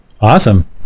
Awesome